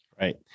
Right